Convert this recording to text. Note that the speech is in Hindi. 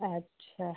अच्छा